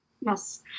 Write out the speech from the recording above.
Yes